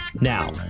Now